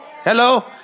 Hello